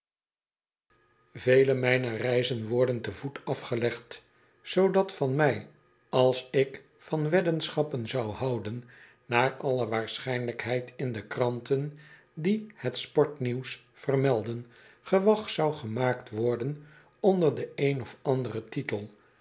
vele mijner reizen worden te voet afgelegd zoodat van mij als ik van weddenschappen zou houden naar alle waarschijnlijkheid indekranten die het sport nieuws vermelden gewag zou gemaakt worden onder den een of anderen titel